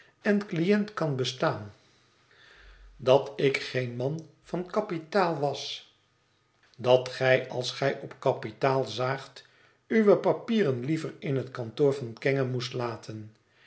en cliënt kan bestaan dat ik geen man van kapitaal was dat gij als gij op kapitaal zaagt uwe papieren liever in het kantoor van kenge moest laten